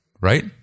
right